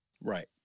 Right